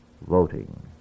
voting